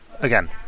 again